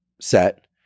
set